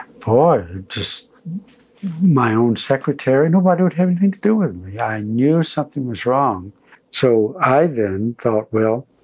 boy, just my own secretary nobody would have anything to do with me. i knew something was wrong so i then thought, well,